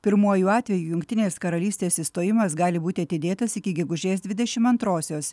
pirmuoju atveju jungtinės karalystės išstojimas gali būti atidėtas iki gegužės dvidešim antrosios